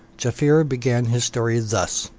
jaaffier began his story thus